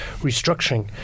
restructuring